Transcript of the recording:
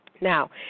Now